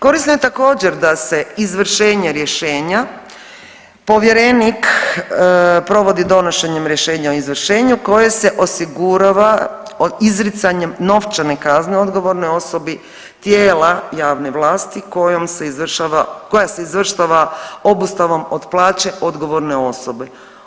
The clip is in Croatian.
Korisno je također da se izvršenje rješenje povjerenik provodi donošenjem rješenja o izvršenju koje se osigurava izricanjem novčane kazne odgovornoj osobi tijela javne vlasti kojom se izvršava, koja se izvršava obustavom od plaće odgovorne osobe.